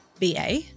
BA